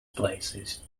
places